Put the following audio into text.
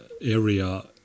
area